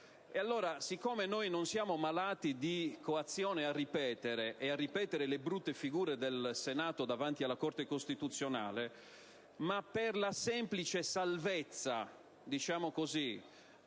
siccome non siamo malati di coazione a ripetere e a ripetere le brutte figure del Senato davanti alla Corte costituzionale, per semplice salvezza - diciamo così